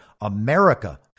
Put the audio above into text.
America